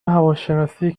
هواشناسی